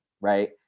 right